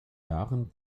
jahren